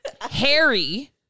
Harry